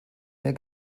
mehr